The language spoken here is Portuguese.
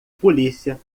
polícia